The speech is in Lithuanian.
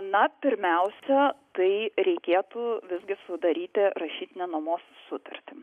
na pirmiausia tai reikėtų visgi sudaryti rašytinę nuomos sutartį